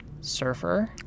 surfer